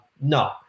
no